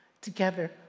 together